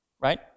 Right